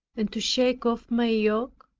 and to shake off my yoke?